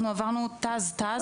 אנחנו עברנו ת"ז-ת"ז.